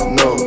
no